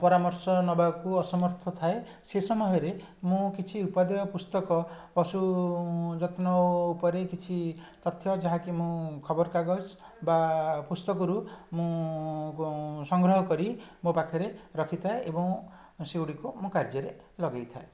ପରାମର୍ଶ ନେବାକୁ ଅସମର୍ଥ ଥାଏ ସେ ସମୟରେ ମୁଁ କିଛି ଉପାଦେୟ ପୁସ୍ତକ ପଶୁ ଯତ୍ନ ଉପରେ କିଛି ତଥ୍ୟ ଯାହା କି ମୁଁ ଖବରକାଗଜ ବା ପୁସ୍ତକରୁ ମୁଁ ସଂଗ୍ରହ କରି ମୋ ପାଖରେ ରଖିଥାଏ ଏବଂ ସେଗୁଡ଼ିକୁ ମୁଁ କାର୍ଯ୍ୟରେ ଲଗେଇଥାଏ